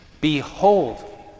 Behold